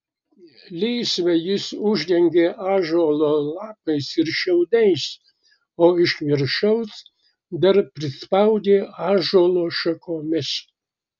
lysvę jis uždengė ąžuolo lapais ir šiaudais o iš viršaus dar prispaudė ąžuolo šakomis